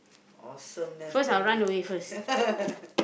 awesomeness ten million